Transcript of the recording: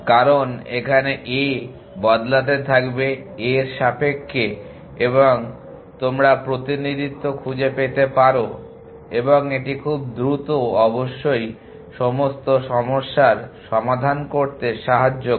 কারণ এখানে a বদলাতে থাকবে a এর সাপেক্ষে এবং তোমরা প্রতিনিধিত্ব খুঁজে পেতে পারো এবং এটি খুব দ্রুত অবশ্যই সমস্ত সমস্যার সমাধান করতে সাহায্য করে